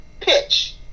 pitch